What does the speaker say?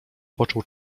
począł